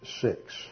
six